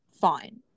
fine